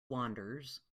wanders